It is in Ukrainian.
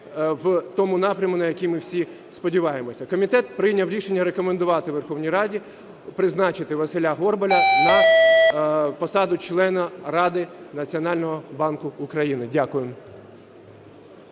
в тому напрямку, на який ми всі сподіваємось. Комітет прийняв рішення рекомендувати Верховній Раді призначити Василя Горбаля на посаду члена Ради Національного банку України. Дякую.